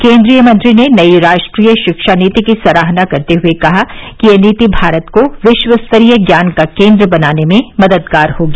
केंद्रीय मंत्री ने नई राष्ट्रीय शिक्षा नीति की सराहना करते हुए कहा कि यह नीति भारत को विश्व स्तरीय ज्ञान का केंद्र बनाने में मददगार होगी